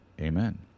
amen